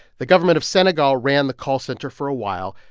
the government of senegal ran the call center for a while,